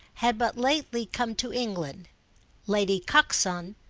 had but lately come to england lady coxon,